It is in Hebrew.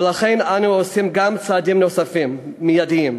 ולכן אנו עושים צעדים נוספים מיידיים: